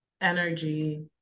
energy